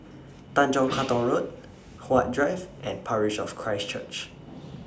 Tanjong Katong Road Huat Drive and Parish of Christ Church